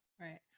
Right